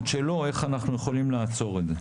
שלא ואיך אנחנו יכולים לעצור את זה?